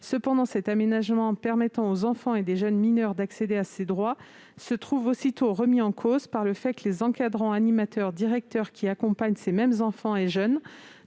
Cependant, cet aménagement permettant aux enfants et aux jeunes mineurs d'accéder à ces droits se trouve aussitôt remis en cause par le fait que les encadrants, animateurs et directeurs qui accompagnent ces mêmes enfants et jeunes